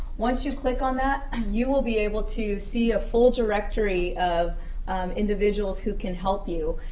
once you click on that, ah you will be able to see a full directory of individuals who can help you,